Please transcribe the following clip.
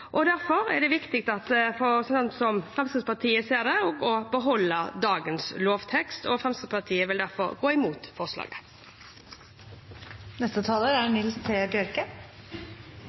Derfor er det viktig, slik Fremskrittspartiet ser det, å beholde dagens lovtekst. Fremskrittspartiet vil derfor gå imot forslaget. Å ha dei høgaste embetsstillingane i staten er